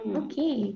okay